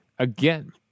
Again